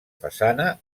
façana